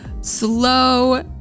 slow